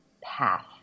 path